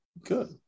Good